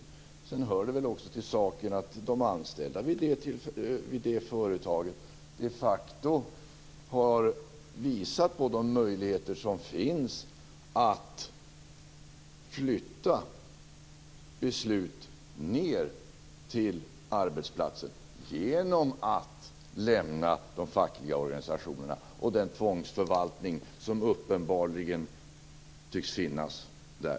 Till saken hör väl också att de anställda vid nämnda företag de facto har visat på de möjligheter som finns att flytta beslut så att säga ned till arbetsplatsen genom att lämna de fackliga organisationerna och den tvångsförvaltning som uppenbarligen tycks finnas där.